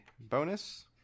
bonus